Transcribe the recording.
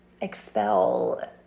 expel